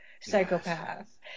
psychopath